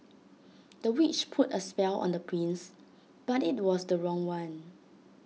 the witch put A spell on the prince but IT was the wrong one